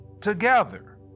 together